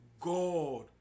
God